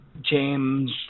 James